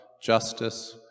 justice